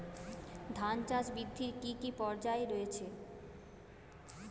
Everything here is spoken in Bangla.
ধান চাষ বৃদ্ধির কী কী পর্যায় রয়েছে?